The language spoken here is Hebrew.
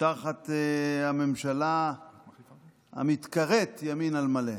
תחת הממשלה המתקראת ימין על מלא.